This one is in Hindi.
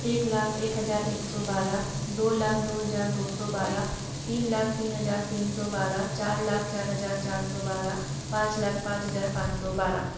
एक लाख एक हजार एक सौ बारह दो लाख दो हजार दो सौ बारह तीन लाख तीन हजार तीन सौ बारह चार लाख चार हजार चार सौ बारह पाँच लाख पाँच हजार पाँच सौ बारह